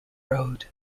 road